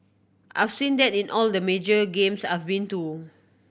I've seen that in all the major games I've been too